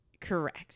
Correct